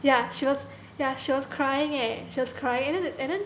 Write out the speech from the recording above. ya she was yeah she was crying eh she was crying and then